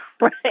right